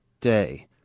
day